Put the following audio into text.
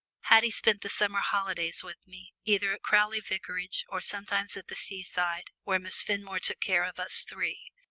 haddie spent the summer holidays with me, either at crowley vicarage, or sometimes at the sea-side, where miss fenmore took care of us three.